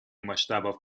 масштабов